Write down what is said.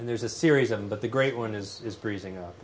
and there's a series of them but the great one is freezing up